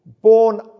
born